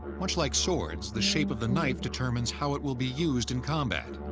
much like swords, the shape of the knife determines how it will be used in combat,